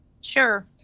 Sure